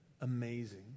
Amazing